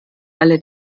alle